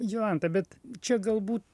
jolanta bet čia galbūt